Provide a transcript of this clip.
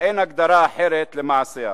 אין הגדרה אחרת למעשיה.